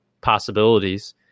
possibilities